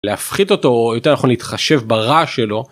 להפחית אותו יותר נכון להתחשב ברעש שלו.